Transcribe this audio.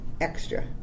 extra